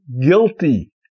guilty